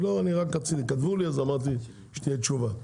לא, כתבו לי, אז אמרתי, שתהיה תשובה.